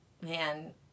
man